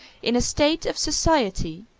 in a state of society,